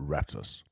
Raptors